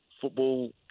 football